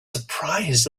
surprised